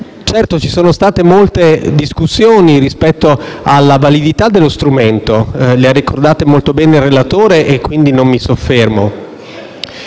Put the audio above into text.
Certo, ci sono state molte discussioni rispetto alla validità dello strumento: le ha ricordate molto bene il relatore, quindi non mi soffermo.